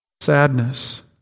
sadness